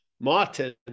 Martin